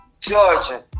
Georgia